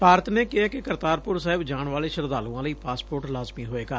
ਭਾਰਤ ਨੇ ਕਿਹੈ ਕਿ ਕਰਤਾਰਪੁਰ ਸਾਹਿਬ ਜਾਣ ਵਾਲੇ ਸ਼ਰਧਾਲੂਆਂ ਲਈ ਪਾਸਪੋਰਟ ਲਾਜ਼ਮੀ ਹੋਵੇਗਾ